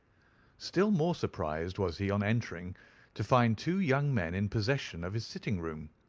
still more surprised was he on entering to find two young men in possession of his sitting-room.